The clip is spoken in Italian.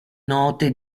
note